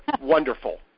wonderful